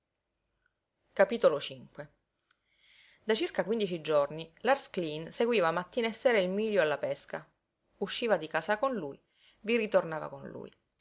si dibatteva da circa quindici giorni lars cleen seguiva mattina e sera il mílio alla pesca usciva di casa con lui vi ritornava con lui